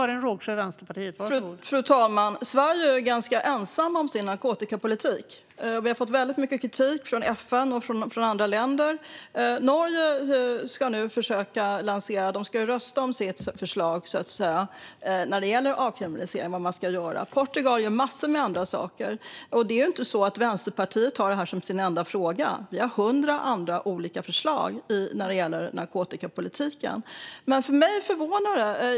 Fru talman! Sverige är ganska ensamt om sin narkotikapolitik. Vi har fått väldigt mycket kritik från FN och andra länder. Norge försöker lansera det här. De ska rösta om sitt förslag om avkriminalisering. Portugal gör massor av andra saker. Vänsterpartiet har ju inte detta som sin enda fråga. Vi har hundra andra olika förslag om narkotikapolitiken. Det här är dock förvånande för mig.